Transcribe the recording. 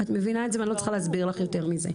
את מבינה את זה ואני לא צריכה להסביר לך יותר מזה.